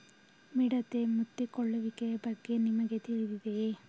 ಮಿಡತೆ ಮುತ್ತಿಕೊಳ್ಳುವಿಕೆಯ ಬಗ್ಗೆ ನಿಮಗೆ ತಿಳಿದಿದೆಯೇ?